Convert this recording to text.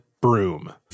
broom